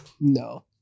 No